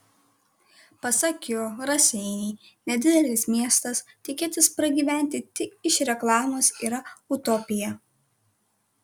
pasak jo raseiniai nedidelis miestas tikėtis pragyventi tik iš reklamos yra utopija